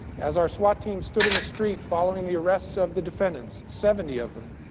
as our swat team stood in the street following the arrests of the defendants, seventy of them,